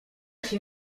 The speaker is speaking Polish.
się